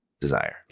desire